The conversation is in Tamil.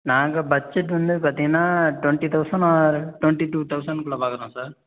நாங்கள் பட்ஜெட் வந்து பார்த்தீங்கன்னா twenty thousand or twenty two தௌசண்ட்க்குள்ளே பார்க்குறோம் சார்